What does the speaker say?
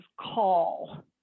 call